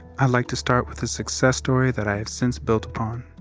i'd like to start with a success story that i have since built upon.